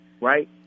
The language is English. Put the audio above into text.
right